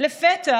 לפתע